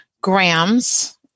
grams